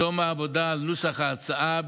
בתום העבודה על נוסח ההצעה,